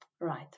Right